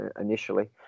initially